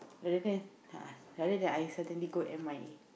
later then ah rather than I suddenly go M_I_A